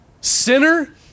Sinner